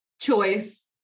choice